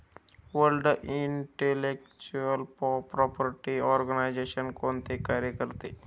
World intellectual property organisation कोणते कार्य करते?